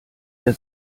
der